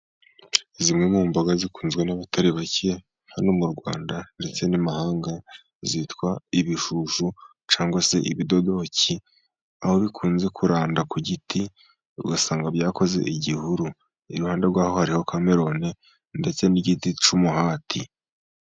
Zimwe mu mboga zikunzwe n'abatari bake hano mu rwanda ndetse n'imahanga, zitwa ibishushu cyangwa se ibidodoki, aho bikunze kuranda ku giti, ugasanga byakoze igihuru. Iruhande rwaho harihoho kameroni ndetse n'igiti cy'umuhati.